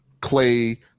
Clay